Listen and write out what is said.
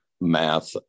math